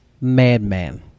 Madman